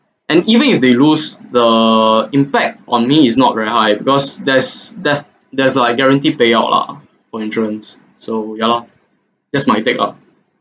and even if they lose the impact on me is not very high because there's there there is like guarantee payout lah for insurance so ya lor just my take ah